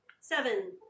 Seven